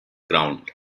ground